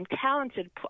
talented